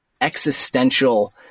existential